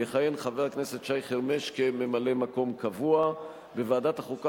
יכהן חבר הכנסת שי חרמש כממלא-מקום קבוע.; בוועדת החוקה,